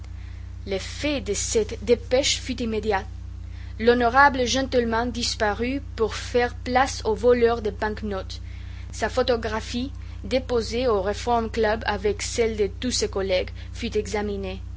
l'effet de cette dépêche fut immédiat l'honorable gentleman disparut pour faire place au voleur de bank notes sa photographie déposée au reform club avec celles de tous ses collègues fut examinée